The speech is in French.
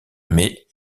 mais